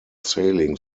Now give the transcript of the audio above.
sailing